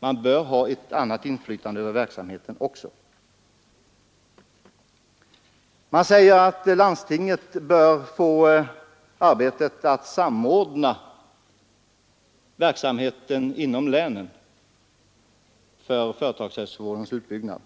Man bör ha ett annat inflytande över verksamheten också. Det har sagts att landstingen bör få uppgiften att inom länen samordna företagshälsovårdens utbyggnad.